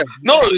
no